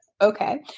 okay